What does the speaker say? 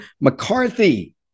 McCarthy